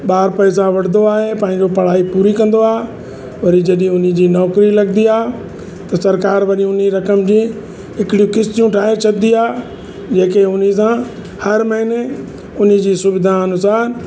ॿार पैसा वठंदो आहे पंहिंजो पढ़ाई पूरी कंदो आहे वरी जॾहि उन्ही जी नौकिरी लॻंदी आहे त सरकार वरी उन्ही रक़म जी हिकिड़ी किस्तियूं ठाहे छॾींदी आहे जेके उन्ही सां हर महिने उन्ही जी सुविधा अनूसारु